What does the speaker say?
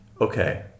okay